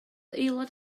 aelod